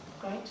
Great